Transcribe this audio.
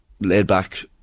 laid-back